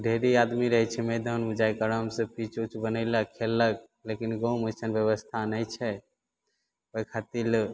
ढ़ेरी आदमी रहय छै मैदानमे जाकऽ आरामसँ पिच उच बनेलक खेललक लेकिन गाँवमे अइसन व्यवस्था नहि छै ओइ खातिर